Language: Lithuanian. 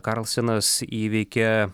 karlsenas įveikė